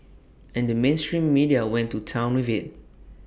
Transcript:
and the mainstream media went to Town with IT